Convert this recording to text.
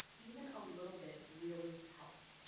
even a little bit really helps.